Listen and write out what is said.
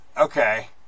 Okay